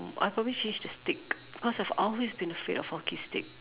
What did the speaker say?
I probably change the stick because I've always been afraid of hockey stick